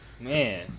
Man